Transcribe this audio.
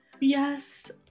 Yes